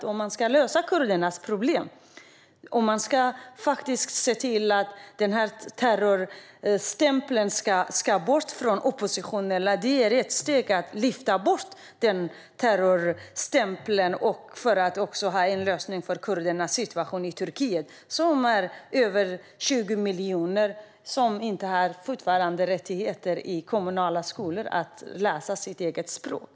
Ska vi lösa kurdernas problem i Turkiet och få bort terrorstämpeln på oppositionella är ett steg att lyfta terrorstämpeln från PKK. I dag har över 20 miljoner kurdiska barn i kommunala skolor inte rätt att läsa sitt eget språk.